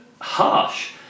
Harsh